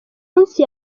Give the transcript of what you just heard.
munsi